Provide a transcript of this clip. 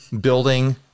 building